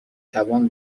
توان